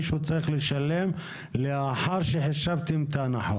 שהוא צריך לשלם לאחר שחישבתם את ההנחות?